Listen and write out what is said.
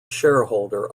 shareholder